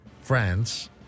France